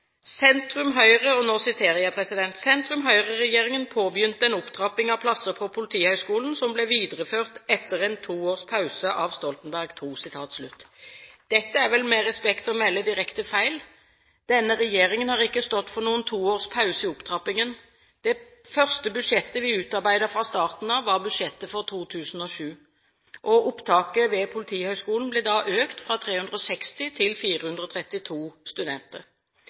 påbegynte en opptrapping av plasser på Politihøgskolen, som ble videreført etter en to års pause av Stoltenberg II.» Dette er med respekt å melde direkte feil. Denne regjeringen har ikke stått for noen «to års pause» i opptrappingen. Det første budsjettet vi utarbeidet fra starten av, var budsjettet for 2007. Opptaket ved Politihøgskolen ble da økt fra 360 til 432 studenter.